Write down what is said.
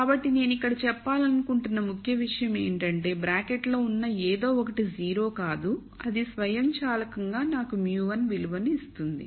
కాబట్టి నేను ఇక్కడ చెప్పాలనుకుంటున్న ముఖ్య విషయం ఏమిటంటే బ్రాకెట్లో ఉన్న ఏదో ఒకటి 0 కాదు అది స్వయంచాలకంగా నాకు μ1 విలువను ఇస్తుంది